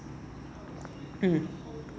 mmhmm